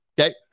Okay